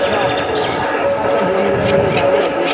হ্যাঁ সব বন্ধুরা মিলে যাবো বেশ